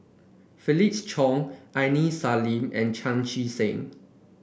Felix Cheong Aini Salim and Chan Chee Seng